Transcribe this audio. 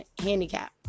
handicap